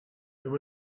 there